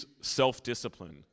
self-discipline